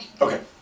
okay